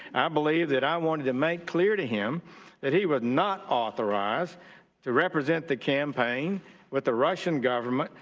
believe that i wanted to make clear to him that he was not authorized to represent the campaign with the russian government,